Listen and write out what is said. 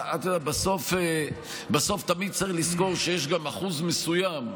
בסוף תמיד צריך לזכור שיש גם אחוז מסוים,